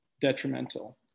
detrimental